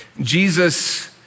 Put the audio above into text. Jesus